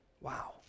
Wow